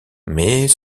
mais